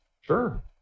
Sure